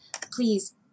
Please